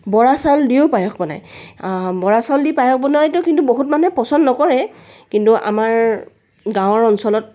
বৰা চাউল দিও পায়স বনায় বৰা চাউল দি পায়স বনায় কিন্তু বহুত মানুহে পচন্দ নকৰে কিন্তু আমাৰ গাঁৱৰ অঞ্চলত